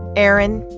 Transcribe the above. aaron,